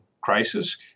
crisis